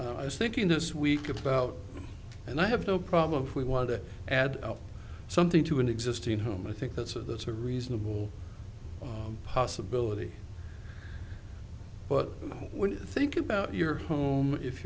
i think in this week about and i have no problem if we want to add something to an existing home i think that's a that's a reasonable possibility but when you think about your home if